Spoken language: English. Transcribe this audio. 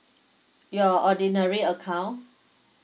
your ordinary account